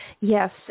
Yes